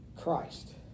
Christ